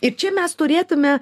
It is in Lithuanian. ir čia mes turėtume